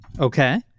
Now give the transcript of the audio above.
Okay